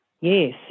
Yes